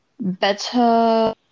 better